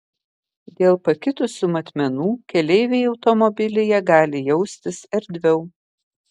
dėl pakitusių matmenų keleiviai automobilyje gali jaustis erdviau